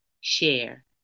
share